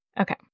Okay